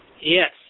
yes